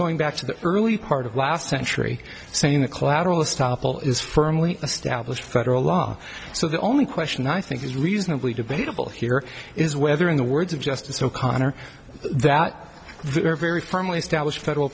going back to the early part of last century saying the collateral estoppel is firmly established federal law so the only question i think is reasonably debatable here is whether in the words of justice o'connor that very firmly established federal